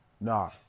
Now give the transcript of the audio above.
Nah